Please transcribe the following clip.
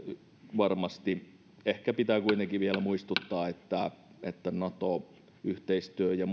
varmasti ehkä pitää kuitenkin vielä muistuttaa että että nato yhteistyötä ja